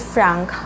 Frank